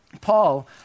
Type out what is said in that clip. Paul